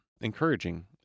encouraging